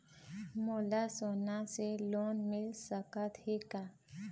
मोला सोना से लोन मिल सकत हे का?